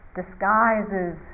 disguises